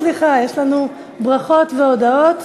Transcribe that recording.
סליחה, יש לנו ברכות והודיות.